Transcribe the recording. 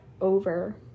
over